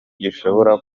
gishobora